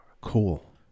Cool